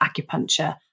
acupuncture